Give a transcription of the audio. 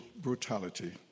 brutality